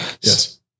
Yes